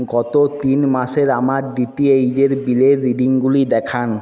গত তিন মাসের আমার ডিটিএইচের বিলের রিডিংগুলি দেখান